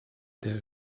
there